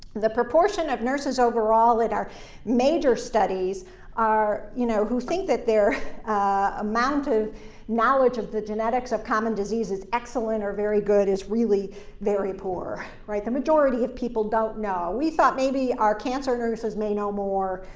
the proportion of nurses overall in our major studies are you know, who think that their amount of knowledge of the genetics of common disease is excellent or very good is really very poor. right? the majority of people don't know. we thought maybe our cancer nurses may know more.